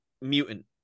mutant